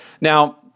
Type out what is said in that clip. Now